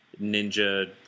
ninja